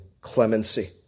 clemency